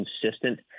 consistent